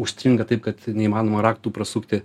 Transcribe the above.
užstringa taip kad neįmanoma raktų prasukti